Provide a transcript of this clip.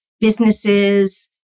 businesses